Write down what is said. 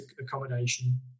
accommodation